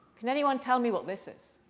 can anyone tell me what this is?